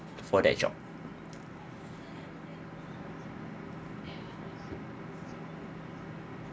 for that job